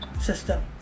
system